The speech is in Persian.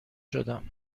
شدم